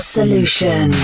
Solution